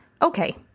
Okay